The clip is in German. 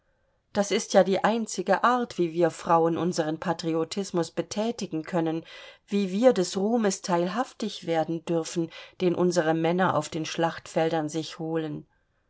das ist ja die einzige art wie wir frauen unsern patriotismus bethätigen können wie wir des ruhmes teilhaftig werden dürfen den unsere männer auf den schlachtfeldern sich holen